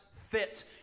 fit